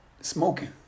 smoking